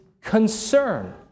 concern